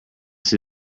see